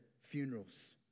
funerals